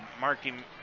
marking